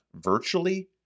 virtually